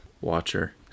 watcher